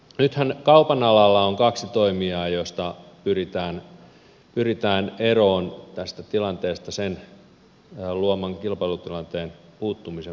nythän kaupan alalla on kaksi toimijaa ja tästä tilanteesta pyritään eroon sen aiheuttaman kilpailutilanteen puuttumisen vuoksi